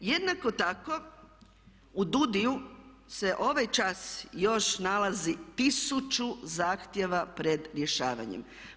Jednako tako u DUUDI-ima se ovaj čas još nalazi tisuću zahtjeva pred rješavanjem.